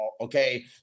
okay